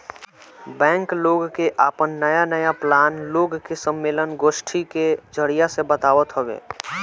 bank लोग के आपन नया नया प्लान लोग के सम्मलेन, गोष्ठी के जरिया से बतावत हवे